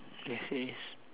yes it is